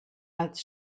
als